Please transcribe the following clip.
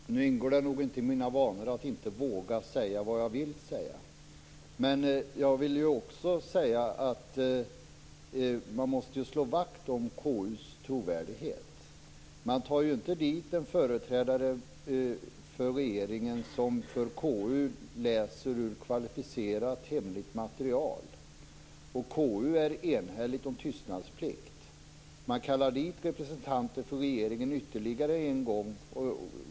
Herr talman! Det ingår inte i mina vanor att inte våga säga vad jag vill säga. Men man måste ju slå vakt om KU:s trovärdighet. En företrädare för regeringen läser ur kvalificerat hemligt material för KU, och KU är enhälligt om att tystnadsplikt skall råda. Därefter kallar KU dit representanten för regeringen ytterligare en gång.